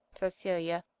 said celia.